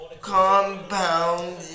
compound